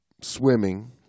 swimming